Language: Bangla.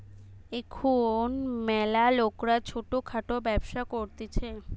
এখুন ম্যালা লোকরা ছোট খাটো ব্যবসা করতিছে